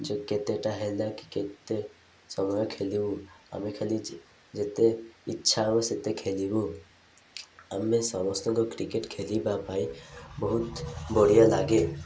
ଯେ କେତେଟା ହେଲା କି କେତେ ସମୟ ଖେଲିବୁ ଆମେ ଖାଲି ଯେତେ ଇଚ୍ଛା ହେଉ ସେତେ ଖେଲିବୁ ଆମେ ସମସ୍ତଙ୍କ କ୍ରିକେଟ ଖେଲିବା ପାଇଁ ବହୁତ ବଢ଼ିଆ ଲାଗେ